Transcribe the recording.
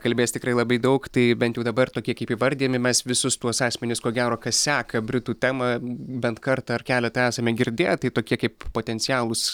kalbės tikrai labai daug tai bent jau dabar tokie kaip įvardijami mes visus tuos asmenis ko gero kas seka britų temą bent kartą ar keletą esame girdėję tai tokie kaip potencialūs